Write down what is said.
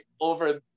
over